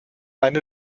eine